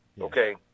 Okay